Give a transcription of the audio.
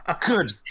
Good